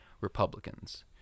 Republicans